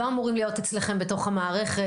שלא אמורים להיות אצלכם בתוך המערכת.